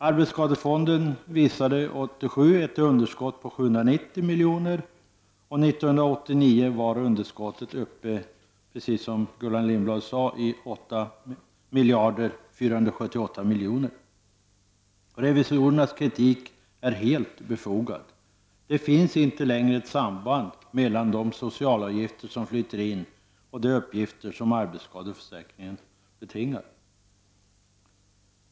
Arbetsskadefonden visade 1987 ett underskott på 790 miljoner, och 1989 var underskottet uppe i, som Gullan Lindblad sade, 8478 milj.kr. Revisorernas kritik är helt befogad. Det finns inte längre ett samband mellan de socialavgifter som flyter in och de utgifter som arbetsskadeförsäkringen betingar.